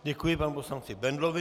Děkuji panu poslanci Bendlovi.